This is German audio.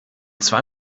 zwei